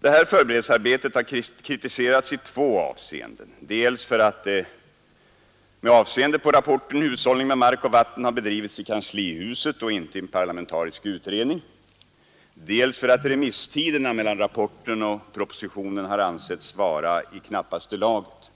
Detta förberedelsearbete har kritiserats i två avseenden, dels för att det med avseende på rapporten Hushållning med mark och vatten har bedrivits i kanslihuset och inte i en parlamentarisk utredning, dels för att remisstiden mellan rapporten och propositionen har ansetts vara i knappaste laget.